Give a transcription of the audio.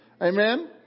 Amen